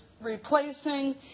replacing